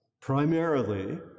primarily